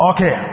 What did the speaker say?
Okay